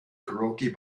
karaoke